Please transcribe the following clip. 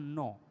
no